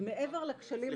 ומעבר לכשלים,